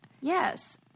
Yes